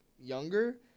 younger